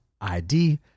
ID